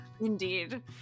Indeed